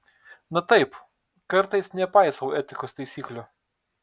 na taip kartais nepaisau etikos taisyklių